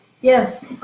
Yes